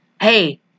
Hey